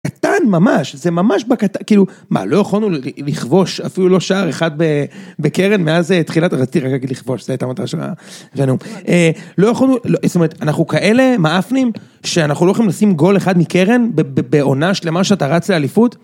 קטן ממש, זה ממש בקטן, כאילו, מה, לא יכולנו לכבוש אפילו לא שער אחד בקרן מאז תחילת... רציתי רק להגיד לכבוש, זו הייתה מטרה של הנאום. לא יכולנו... זאת אומרת, אנחנו כאלה מעאפנים, שאנחנו לא יכולים לשים גול אחד מקרן, בעונה שלמה שאתה רץ לאליפות?